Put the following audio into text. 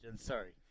sorry